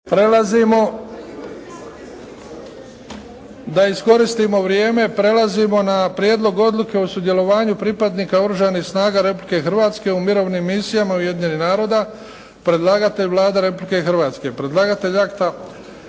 Prelazimo, da iskoristimo vrijeme, prelazimo na: - Prijedlog odluke o sudjelovanju pripadnika Oružanih snaga Republike Hrvatske u mirovnim misijama Ujedinjenih naroda; Predlagatelj Vlada Republike Hrvatske, predlagatelj akta